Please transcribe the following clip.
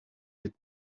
les